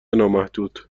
نامحدود